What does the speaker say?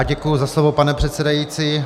Děkuji za slovo, pane předsedající.